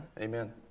Amen